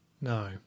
No